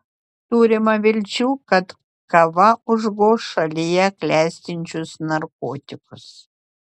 turima vilčių kad kava užgoš šalyje klestinčius narkotikus